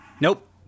Nope